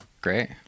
great